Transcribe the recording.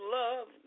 love